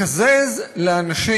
לקזז לאנשים